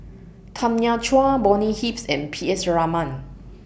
Tanya Chua Bonny Hicks and P S Raman